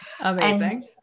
Amazing